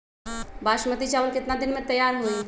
बासमती चावल केतना दिन में तयार होई?